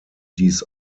dies